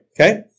okay